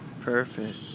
Perfect